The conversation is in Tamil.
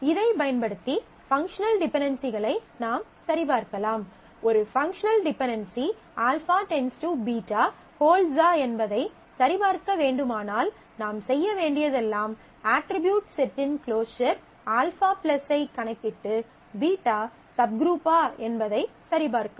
இதை பயன்படுத்தி பங்க்ஷனல் டிபென்டென்சிகளை நாம் சரிபார்க்கலாம் ஒரு பங்க்ஷனல் டிபென்டென்சி α→ β ஹோல்ட்ஸா என்பதைச் சரிபார்க்க வேண்டுமானால் நாம் செய்ய வேண்டியதெல்லாம் அட்ரிபியூட் செட்டின் க்ளோஸர் α ஐ கணக்கிட்டு β சப்குரூப்பா என்பதை சரிபார்க்கவும்